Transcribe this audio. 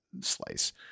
slice